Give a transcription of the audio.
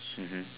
mmhmm